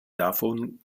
davon